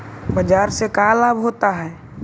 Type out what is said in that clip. बाजार से का लाभ होता है?